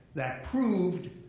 that proved,